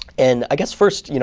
and i guess, first, you know